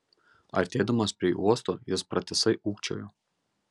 artėdamas prie uosto jis pratisai ūkčiojo